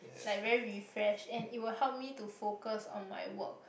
like very refreshed and it will help me to focus on my work